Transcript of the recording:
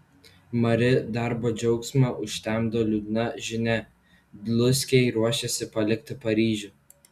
mari darbo džiaugsmą užtemdo liūdna žinia dluskiai ruošiasi palikti paryžių